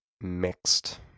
mixed